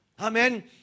Amen